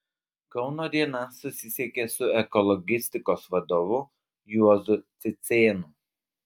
kauno diena susisiekė su ekologistikos vadovu juozu cicėnu